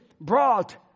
brought